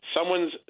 someone's